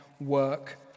work